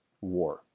war